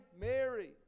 mary